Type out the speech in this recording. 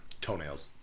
toenails